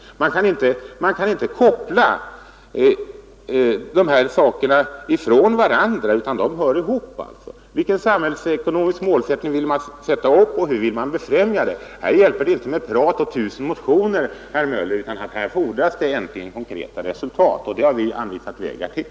Man kan inte skilja dessa saker från varandra, utan den samhällsekonomiska målsättning man vill ha och det sätt på vilket man vill befrämja den hör ihop. Här hjälper det inte med prat och med tusen motioner, herr Möller, utan här fordras det äntligen konkretare resultat, och sådana har vi anvisat vägar till.